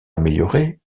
améliorée